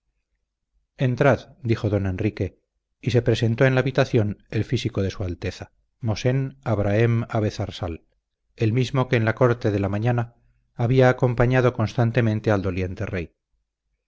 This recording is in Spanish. entrad dijo don enrique y se presentó en la habitación el físico de su alteza mosén abrahem abezarsal el mismo que en la corte de la mañana había acompañado constantemente al doliente rey